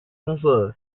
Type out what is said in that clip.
公司